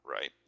Right